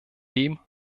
dem